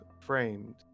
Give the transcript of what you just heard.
framed